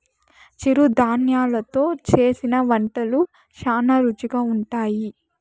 చిరుధాన్యలు తో చేసిన వంటలు శ్యానా రుచిగా ఉంటాయి